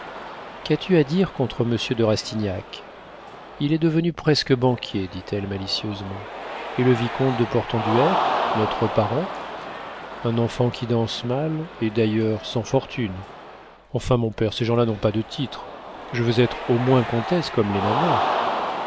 qu'as-tu à dire contre monsieur de rastignac il est devenu presque banquier dit-elle malicieusement et le vicomte de portenduère notre parent un enfant qui danse mal et d'ailleurs sans fortune enfin mon père ces gens-là n'ont pas de titre je veux être au moins comtesse comme l'est ma mère